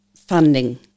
funding